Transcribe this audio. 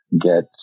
get